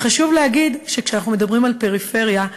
וחשוב להגיד שכשאנחנו מדברים על פריפריה,